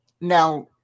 Now